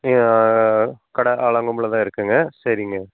கடை ஆலங்கொம்பில் தான் இருக்குங்க சரிங்க